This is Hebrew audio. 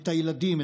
את הילדים,